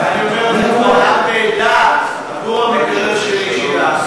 אני אומר את זה קבל עם ועדה: עבור המקרר שלי שילמתי.